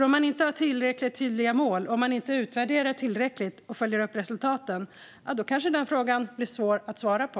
Om man inte har tillräckligt tydliga mål, inte utvärderar tillräckligt och följer upp resultaten kanske den frågan blir svår att svara på.